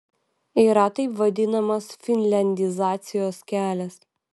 yra taip vadinamas finliandizacijos kelias